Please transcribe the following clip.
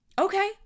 Okay